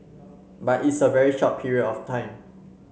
but it's a very short period of time